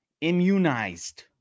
immunized